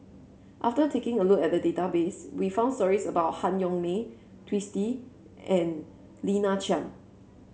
after taking a look at the database we found stories about Han Yong May Twisstii and Lina Chiam